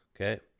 Okay